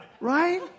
Right